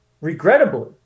regrettably